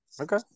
Okay